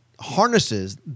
harnesses